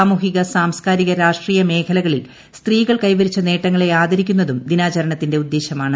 സാമൂഹികസാംസ്കാരിക രാഷ്ട്രീയ മേഖലകളിൽ സ്ത്രീകൾ കൈവരിച്ച നേട്ടങ്ങളെ ആദരിക്കുന്നതും ദിനാചരണത്തിന്റെ ഉദ്ദേശമാണ്